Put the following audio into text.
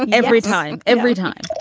but every time. every time.